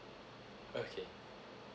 okay